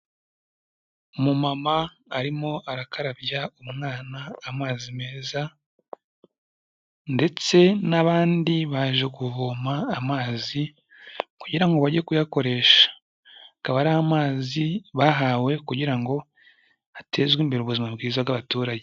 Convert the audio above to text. Umumama arimo arakarabya umwana amazi meza, ndetse n'abandi baje kuvoma amazi, kugira ngo bajye kuyakoresha. Akaba ari amazi bahawe kugira ngo, hatezwe imbere ubuzima bwiza bw'abaturage.